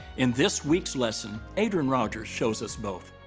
in this week's lesson, adrian rogers shows us both.